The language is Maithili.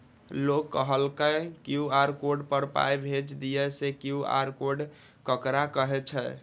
लोग कहलक क्यू.आर कोड पर पाय भेज दियौ से क्यू.आर कोड ककरा कहै छै?